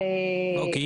אוקיי,